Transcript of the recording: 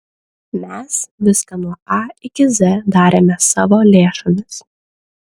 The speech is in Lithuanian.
mes viską nuo a iki z darėme savo lėšomis